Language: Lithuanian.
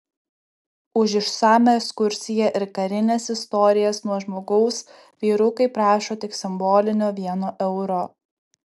už išsamią ekskursiją ir karines istorijas nuo žmogaus vyrukai prašo tik simbolinio vieno euro